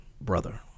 brother